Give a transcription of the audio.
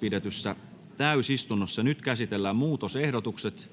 pidetyssä täysistunnossa. Nyt käsitellään muutosehdotukset.